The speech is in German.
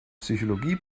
psychologie